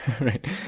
Right